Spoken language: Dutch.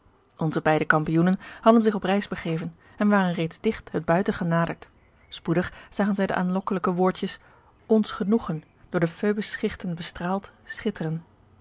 onze beide kampioenen hadden zich op reis begeven en waren reeds digt het buiten genaderd spoedig zagen zij de aanlokkelijke woordjes ons genoegen door de phoebus schichten bestraald schitteren